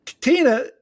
Tina